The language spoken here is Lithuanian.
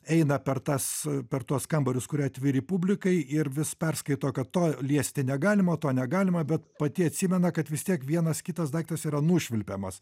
eina per tas per tuos kambarius kurie atviri publikai ir vis perskaito kad to liesti negalima to negalima bet pati atsimena kad vis tiek vienas kitas daiktas yra nušvilpiamas